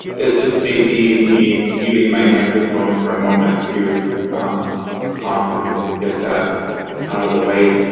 it just may be me muting my microphone for a moment to cough and and get that out of the way.